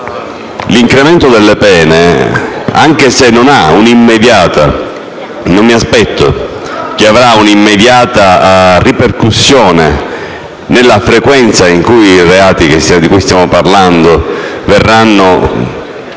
L'incremento delle pene, anche se non mi aspetto che avrà un'immediata ripercussione sulla frequenza con cui i reati di cui stiamo parlando verranno